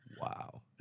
Wow